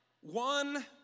one